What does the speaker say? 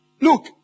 Look